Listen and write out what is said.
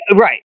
Right